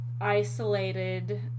isolated